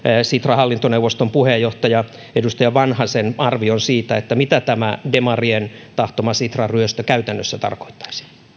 sitran hallintoneuvoston puheenjohtaja edustaja vanhasen arvion siitä mitä tämä demarien tahtoma sitran ryöstö käytännössä tarkoittaisi